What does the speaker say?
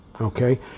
Okay